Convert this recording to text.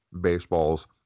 baseballs